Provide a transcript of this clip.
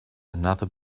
another